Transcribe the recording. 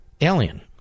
alien